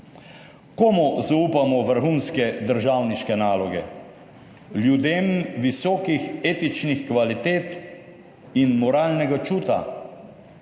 Komu zaupamo vrhunske državniške naloge? Ljudem visokih etičnih kvalitet in moralnega čuta.